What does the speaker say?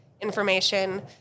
information